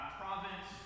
province